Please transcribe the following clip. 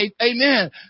amen